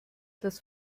das